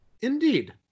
indeed